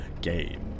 Game